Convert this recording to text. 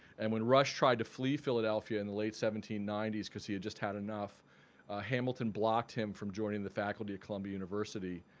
and when rush tried to flee philadelphia in the late seventeen ninety s because he had just had enough hamilton blocked him from joining the faculty of columbia university,